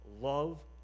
love